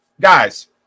guys